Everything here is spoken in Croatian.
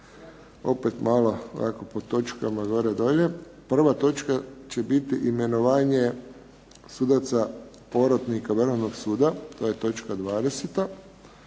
opet malo po točkama gore dolje. Prva točka će biti Imenovanje sudaca porotnika Vrhovnog suda, to je točka 20,